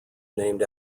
named